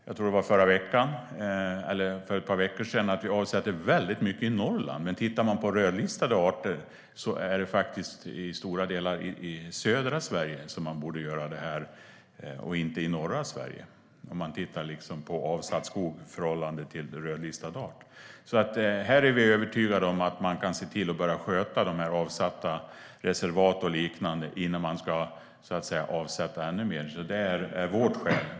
Jag lärde mig för ett par veckor sedan att vi avsätter mycket mark i Norrland men att när det gäller avsatt skog i förhållande till rödlistade arter är det i södra Sverige som man borde göra det och inte i norra. Vi är övertygade om att man kan börja sköta de här avsatta reservaten och liknande innan man avsätter ännu mer. Det är alltså vårt skäl.